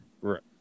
Right